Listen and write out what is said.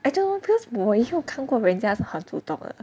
I don't know because 我有看过人家是很主动的